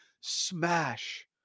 smash